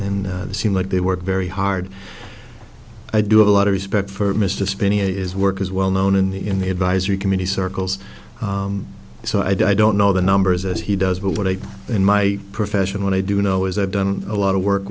and seem like they work very hard i do a lot of respect for mr spinney is work as well known in the in the advisory committee circles so i don't know the numbers as he does but what i in my profession what i do know is i've done a lot of work